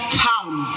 come